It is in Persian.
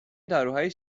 داروهای